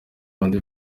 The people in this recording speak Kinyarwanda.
rwanda